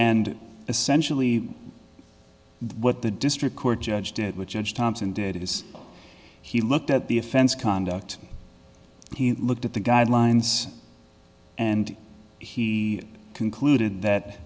and essentially what the district court judge did which judge thompson did is he looked at the offense conduct he looked at the guidelines and he concluded that